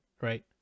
right